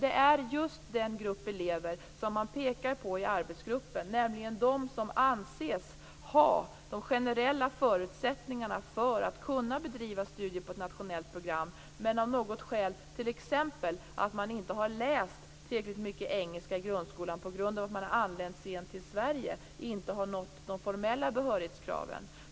Det är just den grupp elever man pekar på i arbetsgruppen, nämligen de som anses ha de generella förutsättningarna för att bedriva studier på ett nationellt program, men av något skäl, t.ex. att man inte har läst tillräckligt mycket engelska i grundskolan på grund av att man har anlänt sent till Sverige, inte har nått de formella behörighetskraven.